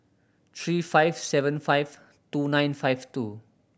three five seven five two nine five two